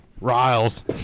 Riles